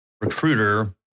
recruiter